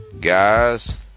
Guys